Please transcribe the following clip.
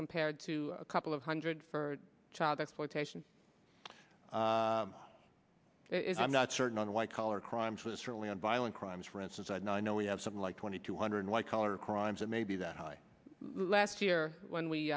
compared to a couple of hundred for child exploitation if i'm not certain on white collar crimes was certainly on violent crimes for instance i know we have something like twenty two hundred white collar crimes it may be that high last year when